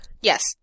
Yes